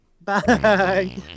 Bye